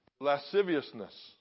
lasciviousness